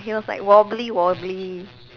he was like wobbly wobbly